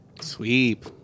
Sweep